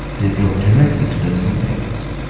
they drove directly to the new place.